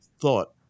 thought